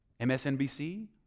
MSNBC